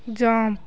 jump